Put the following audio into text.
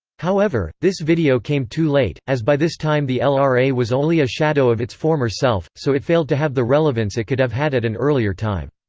however, this video came too late, as by this time the lra was only a shadow of its former self, so it failed to have the relevance it could have had at an earlier time.